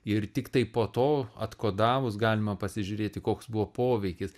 ir tiktai po to atkodavus galima pasižiūrėti koks buvo poveikis